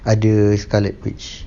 ada scarlet witch